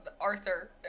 Arthur